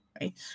Right